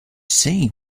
say